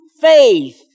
faith